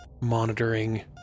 monitoring